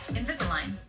Invisalign